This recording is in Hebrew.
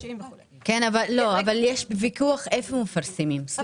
אבל יש ויכוח איפה מפרסם, סליחה.